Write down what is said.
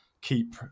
keep